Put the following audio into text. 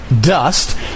dust